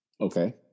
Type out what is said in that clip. Okay